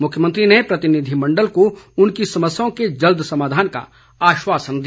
मुख्यमंत्री ने प्रतिनिधिमण्डल को उनकी समस्याओं के जल्द समाधान का आश्वासन दिया